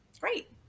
Great